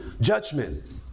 judgment